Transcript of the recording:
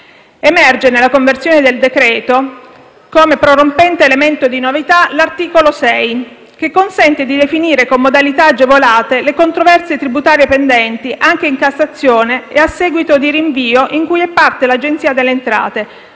Emerge, nella conversione del decreto-legge, come prorompente elemento di novità l'articolo 6, che consente di definire con modalità agevolate le controversie tributarie pendenti, anche in Cassazione e a seguito di rinvio, in cui è parte l'Agenzia delle entrate,